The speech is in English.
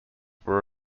were